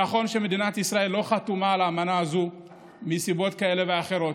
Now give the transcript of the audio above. נכון שמדינת ישראל לא חתומה על האמנה הזו מסיבות כאלו ואחרות,